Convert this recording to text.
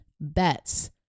bets